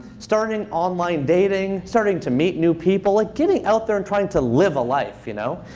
starting online dating, starting to meet new people getting out there and trying to live a life, you know?